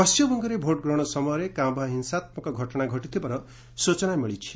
ପଣ୍ଟିମବଙ୍ଗରେ ଭୋଟ୍ଗ୍ରହଣ ସମୟରେ କାଁ ଭାଁ ହିଂସାତ୍କ ଘଟଣା ଘଟିଥିବାର ସ୍କଚନା ମିଳିଛି